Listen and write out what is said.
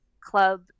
club